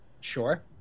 sure